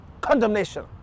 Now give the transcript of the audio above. condemnation